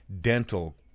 dental